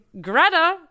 Greta